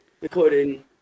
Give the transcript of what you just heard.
recording